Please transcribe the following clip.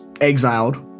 exiled